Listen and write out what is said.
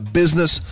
business